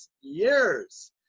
years